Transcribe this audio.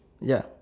ya